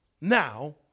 now